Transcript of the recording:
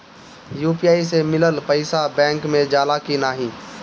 UPI से मिलल पईसा बैंक मे जाला की नाहीं?